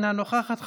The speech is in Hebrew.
אינה נוכחת,